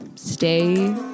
stay